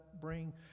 bring